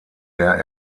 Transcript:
der